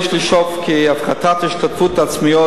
יש לשאוף כי הפחתת ההשתתפויות העצמיות